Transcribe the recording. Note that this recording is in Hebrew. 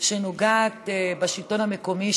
שנוגעת בשלטון המקומי,